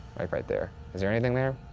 right right there. is there anything there?